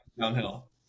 downhill